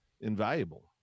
invaluable